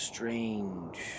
Strange